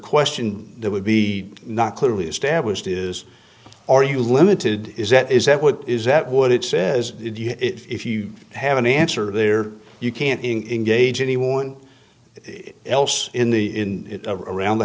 question there would be not clearly established is are you limited is that is that what is that what it says if you have an answer there you can't engage anyone else in the in around the